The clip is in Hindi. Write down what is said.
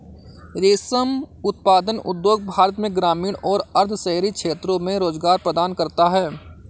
रेशम उत्पादन उद्योग भारत में ग्रामीण और अर्ध शहरी क्षेत्रों में रोजगार प्रदान करता है